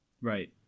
Right